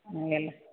ஆ இல்லை